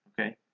Okay